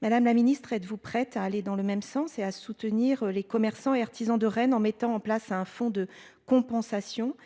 Madame la Ministre, êtes-vous prêt à aller dans le même sens et à soutenir les commerçants et artisans de Rennes en mettant en place un fonds de compensation.